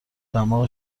دماغ